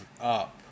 up